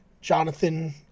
Jonathan